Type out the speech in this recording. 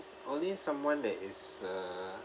only someone that is uh